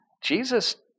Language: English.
Jesus